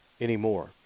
anymore